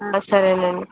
సరేనండి